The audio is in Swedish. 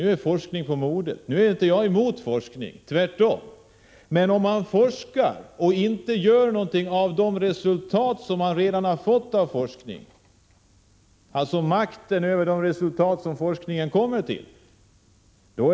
Nu är forskning på modet. Jag är inte mot forskning — tvärtom. Men om man forskar och inte gör någonting av de resultat som man genom forskningen redan kommit fram till är det verkligen beklämmande. Det handlar alltså om makten över de resultat som forskningen kommer fram till.